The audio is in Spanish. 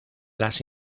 las